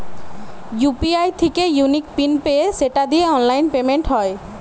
UPI থিকে unique PIN পেয়ে সেটা দিয়ে অনলাইন পেমেন্ট হয়